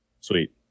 Sweet